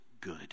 good